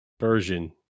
version